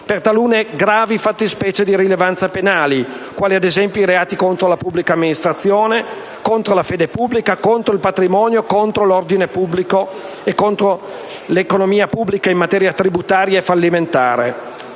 per talune gravi fattispecie di rilevanza penale, quali, ad esempio, reati contro la pubblica amministrazione, contro la fede pubblica, contro il patrimonio, contro l'ordine pubblico e contro l'economia pubblica in materia tributaria e fallimentare.